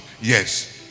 Yes